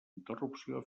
interrupció